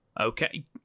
Okay